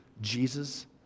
Jesus